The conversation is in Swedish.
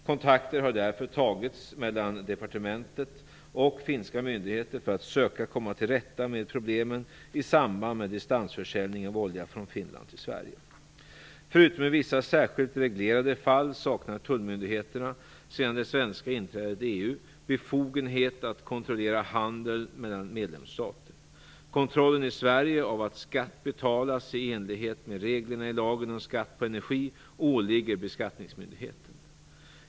Kontakter har därför tagits mellan departementet och finska myndigheter för att söka komma till rätta med problemen i samband med distansförsäljning av olja från Finland till Sverige. Förutom i vissa särskilt reglerade fall saknar tullmyndigheterna, sedan det svenska inträdet i EU, befogenhet att kontrollera handeln mellan medlemsstater. Kontrollen i Sverige av att skatt betalas i enlighet med reglerna i lagen om skatt på energi åligger beskattningsmyndigheten.